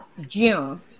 june